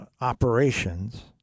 operations